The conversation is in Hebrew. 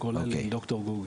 כולל עם ד"ר קוגל.